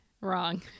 Wrong